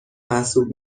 محسوب